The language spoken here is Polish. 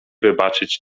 wybaczyć